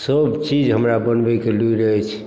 सभचीज हमरा बनबैकेँ लुड़ि अछि